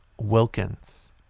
Wilkins